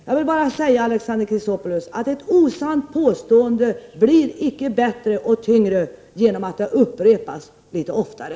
Jag vill bara säga, Alexander Chrisopoulos, att ett osant påstående inte blir bättre och tyngre för att det upprepas litet oftare.